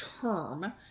term